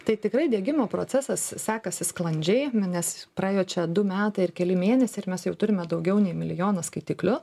tai tikrai degimo procesasi sekasi sklandžiai nes praėjo čia du metai ir keli mėnesiai ir mes jau turime daugiau nei milijoną skaitiklių